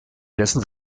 dessen